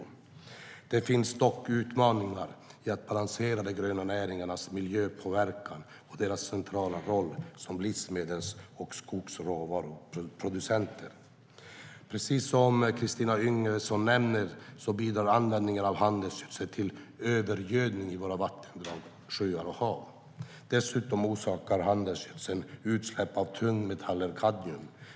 Det finns dock utmaningar i att balansera de gröna näringarnas miljöpåverkan och deras centrala roll som livsmedels och skogsråvaruproducenter. Precis som Kristina Yngwe nämner bidrar användningen av handelsgödsel till övergödning av våra vattendrag, sjöar och hav. Dessutom orsakar handelsgödsel utsläpp av tungmetallen kadmium.